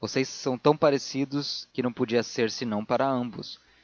vocês são tão parecidos que não podia ser senão para ambos